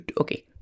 Okay